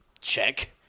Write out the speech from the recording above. Check